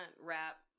wrap